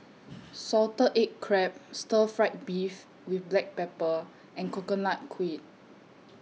Salted Egg Crab Stir Fried Beef with Black Pepper and Coconut Kuih